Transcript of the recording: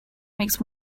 make